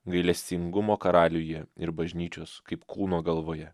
gailestingumo karaliuje ir bažnyčios kaip kūno galvoje